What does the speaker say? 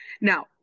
Now